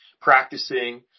practicing